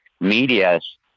medias